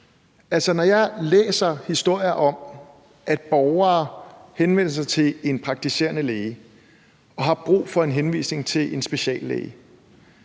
jeg læser historier om, at borgere henvender sig til en praktiserende læge og har brug for en henvisning til en speciallæge,